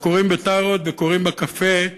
וקוראים בטארוט וקוראים בקפה.